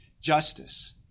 justice